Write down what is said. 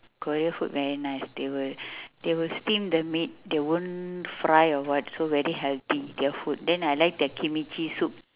korea food very nice they will they will steam the meat they won't fry or what so very healthy their food then I like their kimchi soup